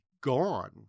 gone